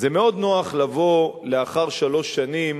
זה מאוד נוח לבוא לאחר שלוש שנים